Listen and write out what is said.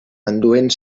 enduent